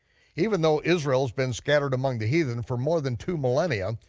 even though israel's been scattered among the heathen for more than two millennia,